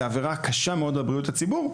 זו עבירה קשה מאוד לבריאות הציבור.